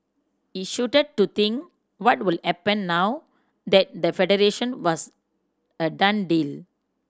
he shuddered to think what would happen now that the Federation was a done din